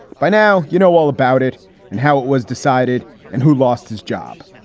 by now, you know all about it and how it was decided and who lost his job.